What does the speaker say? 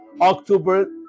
october